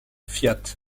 fiat